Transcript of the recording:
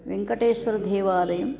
वेङ्कटेश्वरधेवालयं